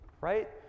Right